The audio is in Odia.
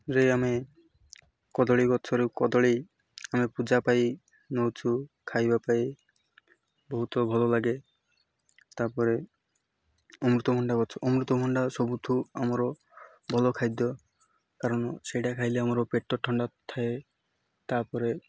ରେ ଆମେ କଦଳୀ ଗଛରେ କଦଳୀ ଆମେ ପୂଜା ପାଇ ନେଉଛୁ ଖାଇବା ପାଇଁ ବହୁତ ଭଲ ଲାଗେ ତା'ପରେ ଅମୃତଭଣ୍ଡା ଗଛ ଅମୃତଭଣ୍ଡା ସବୁଠୁ ଆମର ଭଲ ଖାଦ୍ୟ କାରଣ ସେଇଟା ଖାଇଲେ ଆମର ପେଟ ଥଣ୍ଡା ଥାଏ ତା'ପରେ